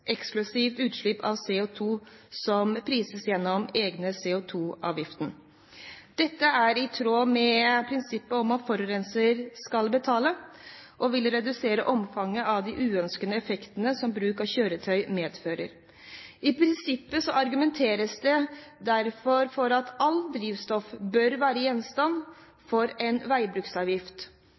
eksklusive utslipp av CO2 som prises gjennom CO2-avgiften. Dette er i tråd med prinsippet om at forurenser skal betale, og vil redusere omfanget av de uønskede effektene som bruk av kjøretøy medfører.» I prinsippet argumenteres det derfor for at alt drivstoff bør være gjenstand for en veibruksavgift.